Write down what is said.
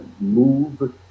move